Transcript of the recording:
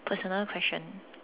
personal question